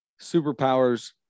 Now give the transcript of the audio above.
superpowers